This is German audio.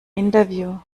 interview